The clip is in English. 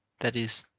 that is,